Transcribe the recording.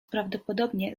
prawdopodobnie